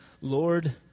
Lord